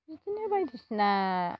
बिदिनो बायदिसिना